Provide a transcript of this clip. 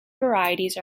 varieties